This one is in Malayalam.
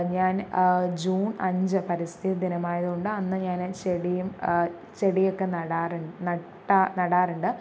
ഞാൻ ജൂൺ അഞ്ച് പരിസ്ഥിതി ദിനമായതുകൊണ്ട് അന്ന് ഞാന് ചെടിയും ചെടിയൊക്കെ നടാറു നട്ടാ നടാറുണ്ട്